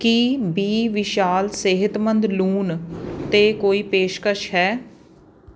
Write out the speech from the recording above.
ਕੀ ਬੀ ਵਿਸ਼ਾਲ ਸਿਹਤਮੰਦ ਲੂਣ 'ਤੇ ਕੋਈ ਪੇਸ਼ਕਸ਼ ਹੈ